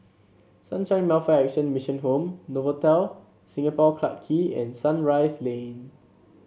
Sunshine Welfare Action Mission Home Novotel Singapore Clarke Quay and Sunrise Lane